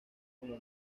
como